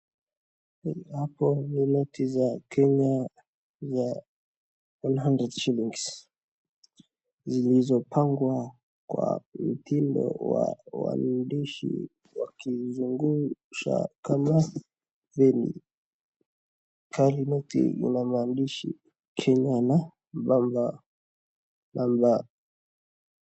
Hapo ni noti za Kenya za one hundred shillings , zilizopangwa kwa mtindo wa waandishi wakizungusha kama venye. Kila noti ina maandishi Kenya na Bamba number.